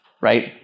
right